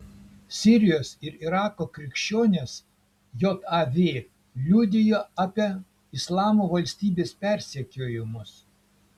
sirijos ir irako krikščionės jav liudijo apie islamo valstybės persekiojimus